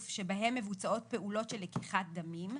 שבהם מבוצעות פעולות של לקיחת דמים,